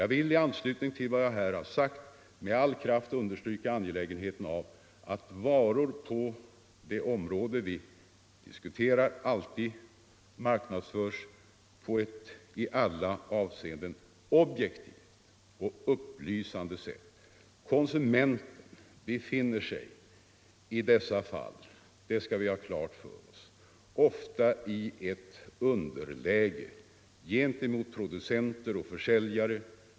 Jag vill i anslutning till vad jag här sagt med all kraft understryka angelägenheten av att varor på det område vi diskuterar alltid marknadsförs på ett i alla avseenden objektivt och upplysande sätt. Konsumenten befinner sig i dessa fall ofta i ett underläge gentemot producenter och försäljare.